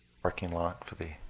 parking lot for the